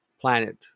planet